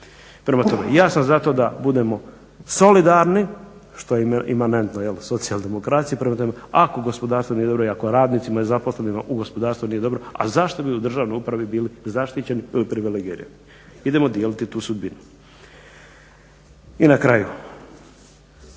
Prema tome ja sam za to da budemo solidarni što je imanentno jel socijaldemokraciji prema tome ako gospodarstvo nije dobro i ako radnicima i zaposlenima u gospodarstvu nije dobro, a zašto bi u državnoj upravi zaštićeni i privilegirani. Idemo dijeliti tu sudbinu. I na kraju